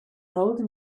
old